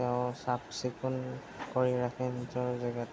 তেওঁ চাফ চিকুণ কৰি ৰাখে নিজৰ জেগাটো